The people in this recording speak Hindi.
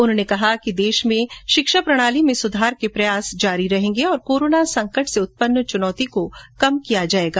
उन्होने कहा कि देश में शिक्षा प्रणाली में सुधार के प्रयास जारी रहेंगे और कोरोना संकट से उत्पन्न चुनौती को कम किया जाएगा